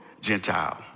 Gentile